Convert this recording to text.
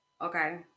Okay